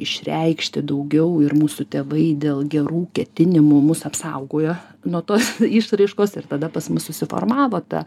išreikšti daugiau ir mūsų tėvai dėl gerų ketinimų mus apsaugojo nuo tos išraiškos ir tada pas mus susiformavo ta